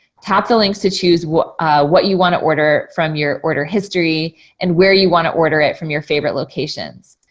tap the links to choose what what you want to order from your order history and where you want to order it from your favorite locations.